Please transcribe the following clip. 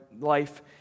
life